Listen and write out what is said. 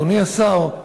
אדוני השר,